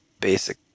basic